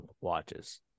watches